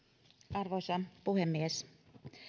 arvoisa puhemies